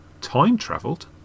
Time-travelled